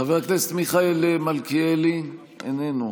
חבר הכנסת מיכאל מלכיאלי, איננו.